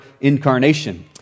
incarnation